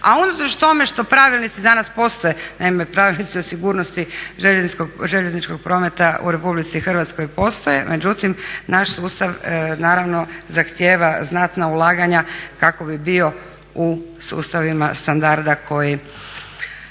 a unatoč tome što pravilnici danas postoje, naime pravilnici o sigurnosti željezničkog prometa u Republici Hrvatskoj postoje, međutim naš sustav naravno zahtijeva znatna ulaganja kako bi bio u sustavima standarda koji